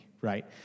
right